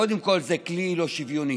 קודם כול זה כלי לא שוויוני.